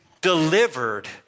delivered